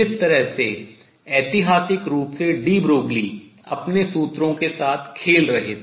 जिस तरह से ऐतिहासिक रूप से डी ब्रोगली अपने सूत्रों के साथ खेल रहे थे